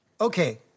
Okay